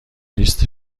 لیست